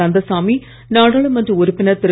கந்தசாமி நாடாளுமன்ற உறுப்பினர் திரு